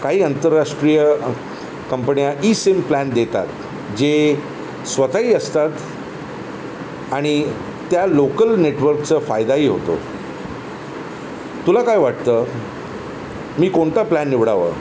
काही आंतरराष्ट्रीय कंपन्या ई सिम प्लॅन देतात जे स्वतःही असतात आणि त्या लोकल नेटवर्कचा फायदाही होतो तुला काय वाटतं मी कोणता प्लॅन निवडावा